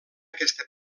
aquesta